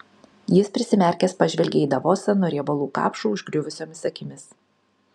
jis prisimerkęs pažvelgė į davosą nuo riebalų kapšų užgriuvusiomis akimis